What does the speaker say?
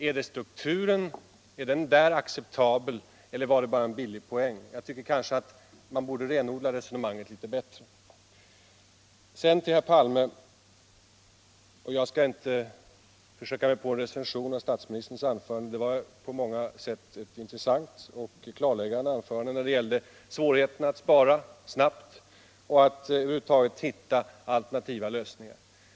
Är strukturen där acceptabel, eller var det bara en billig poäng? Jag tycker att man borde renodla resonemanget litet bättre. Jag skall inte försöka mig på en recension av statsministerns anförande. Det var på många sätt ett intressant och klarläggande anförande när det gällde svårigheterna att spara snabbt och att över huvud taget hitta alternativa lösningar.